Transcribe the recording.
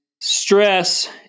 stress